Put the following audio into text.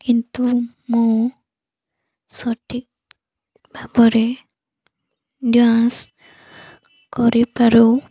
କିନ୍ତୁ ମୁଁ ସଠିକ ଭାବରେ ଡାନ୍ସ କରିପାରୁ